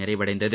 நிறைவடைந்தது